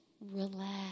relax